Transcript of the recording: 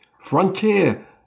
Frontier